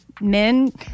men